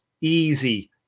easy